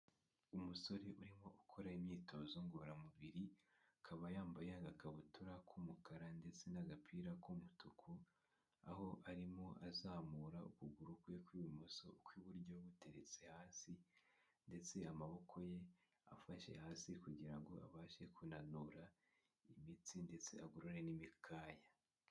Umusore urimo ukora imyitozo ngororamubiri, akaba yambaye agakabutura k'umukara ndetse n'agapira k'umutuku, aho arimo azamura ukuguru kwe kw'ibumoso, ukw'iburyo guteretse hasi ndetse amaboko ye afashe hasi kugira ngo abashe kunanura imitsi ndetse agorore n'imikaya.